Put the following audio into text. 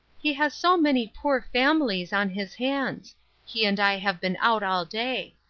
he has so many poor families on his hands he and i have been out all day.